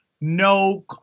no